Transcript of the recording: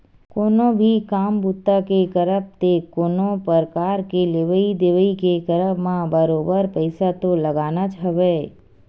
कोनो भी काम बूता के करब ते कोनो परकार के लेवइ देवइ के करब म बरोबर पइसा तो लगनाच हवय